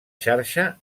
xarxa